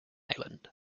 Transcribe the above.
island